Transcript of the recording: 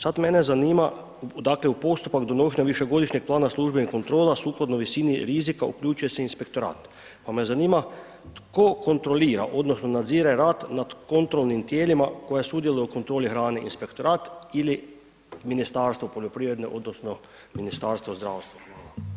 Sad mene zanima, dakle, u postupak donošenja višegodišnjeg plana službenih kontrola sukladno visini rizika uključuje se Inspektorat, pa me zanima tko kontrolira odnosno nadzire rad nad kontrolnim tijelima koja sudjeluju u kontroli hrane, Inspektorat ili Ministarstvo poljoprivrede odnosno Ministarstvo zdravstva?